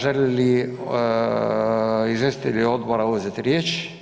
Žele li izvjestitelji odbora uzeti riječ?